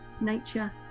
nature